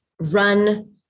run